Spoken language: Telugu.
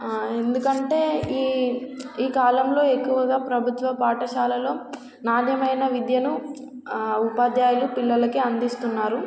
ఎందుకంటే ఈ ఈ కాలంలో ఎక్కువగా ప్రభుత్వ పాఠశాలలో నాణ్యమైన విద్యను ఉపాధ్యాయులు పిల్లలకి అందిస్తున్నారు